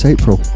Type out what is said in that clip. April